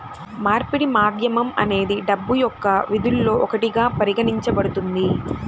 మార్పిడి మాధ్యమం అనేది డబ్బు యొక్క విధుల్లో ఒకటిగా పరిగణించబడుతుంది